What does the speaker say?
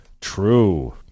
True